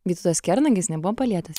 vytautas kernagis nebuvo palietęs